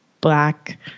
black